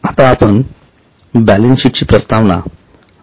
आता आपण balance sheet ची प्रस्तावना आणि त्याच्या घटकांची चर्चा करू